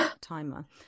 timer